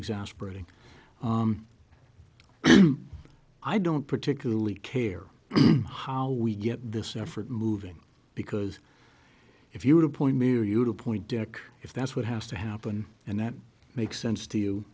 exasperating i don't particularly care how we get this effort moving because if you would appoint me or you to point deck if that's what has to happen and that makes sense to you